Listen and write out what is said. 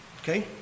Okay